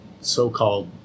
so-called